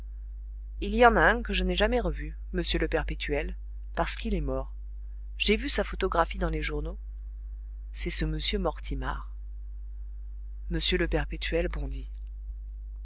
il y en a un que je n'ai jamais revu monsieur le perpétuel parce qu'il est mort j'ai vu sa photographie dans les journaux c'est ce m mortimar m le perpétuel bondit